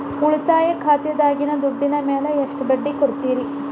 ಉಳಿತಾಯ ಖಾತೆದಾಗಿನ ದುಡ್ಡಿನ ಮ್ಯಾಲೆ ಎಷ್ಟ ಬಡ್ಡಿ ಕೊಡ್ತಿರಿ?